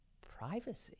privacy